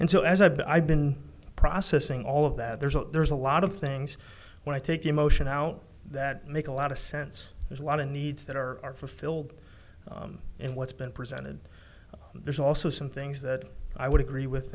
and so as i've been processing all of that there's a there's a lot of things when i take emotion out that make a lot of sense there's a lot of needs that are fulfilled in what's been presented there's also some things that i would agree with